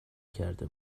کرده